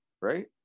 right